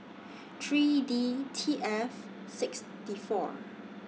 three D T F six D four